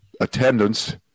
attendance